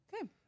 Okay